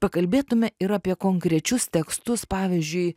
pakalbėtume ir apie konkrečius tekstus pavyzdžiui